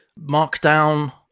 Markdown